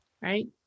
right